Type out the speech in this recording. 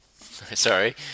sorry